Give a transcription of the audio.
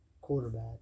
quarterback